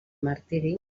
martiri